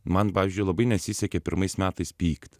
man pavyzdžiui labai nesisekė pirmais metais pykt